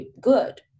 good